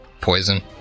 poison